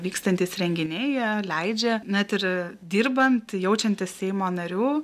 vykstantys renginiai jie leidžia net ir dirbant jaučiantis seimo nariu